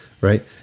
Right